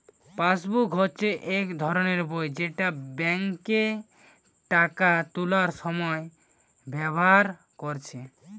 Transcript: passbook হচ্ছে এক ধরণের বই যেটা বেঙ্কে টাকা তুলার সময় ব্যাভার কোরছে